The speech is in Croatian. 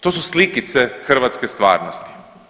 To su slikice hrvatske stvarnosti.